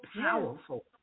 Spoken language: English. powerful